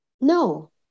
no